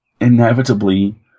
inevitably